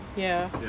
ya